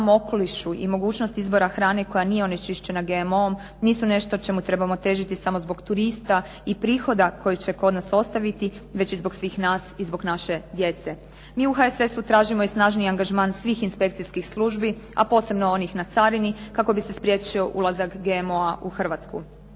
i mogućnost izbora hrane koja nije onečišćena GMO-om nisu nešto čemu trebamo težiti samo zbog turista i prihoda koji će kod nas ostaviti, već i zbog svih nas i zbog naše djece. Mi u HSS-u tražimo i snažniji angažman svih inspekcijskih službi, a posebno onih na carini kako bi se spriječio ulazak GMO-a u Hrvatsku.